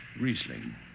Riesling